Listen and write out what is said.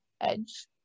edge